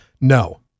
no